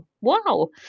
wow